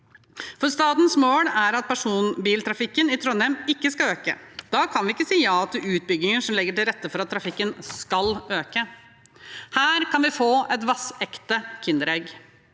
for statens mål er at personbiltrafikken i Trondheim ikke skal øke. Da kan vi ikke si ja til utbygginger som legger til rette for at trafikken skal øke. Her kan vi få et vaskekte kinderegg.